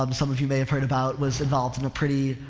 um some of you may have heard about was involved in a pretty,